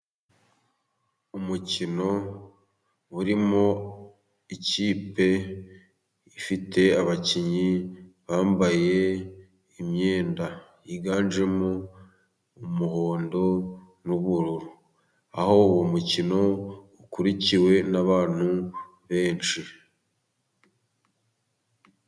Umukino urimo ikipe ifite abakinnyi bambaye imyenda yiganjemo umuhondo n'ubururu, aho uwo mukino ukurikiwe n'abantu benshi.